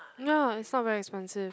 ya it's not very expensive